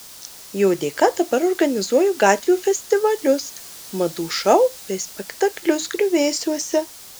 jo dėka dabar organizuoju gatvių festivalius madų šou bei spektaklius griuvėsiuose